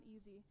easy